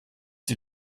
die